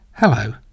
Hello